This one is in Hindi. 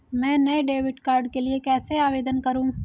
मैं नए डेबिट कार्ड के लिए कैसे आवेदन करूं?